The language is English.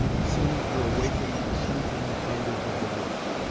seeming to awaken the sleeping thunders of the woods.